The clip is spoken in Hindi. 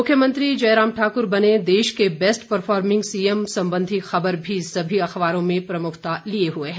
मुख्यमंत्री जयराम ठाकुर बने देश के बेस्ट परफॉर्मिंग सीएम संबंधी खबर भी सभी अखबारों में प्रमुखता लिए हुए है